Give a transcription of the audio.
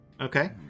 Okay